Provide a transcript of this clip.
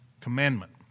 Commandment